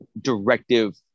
directive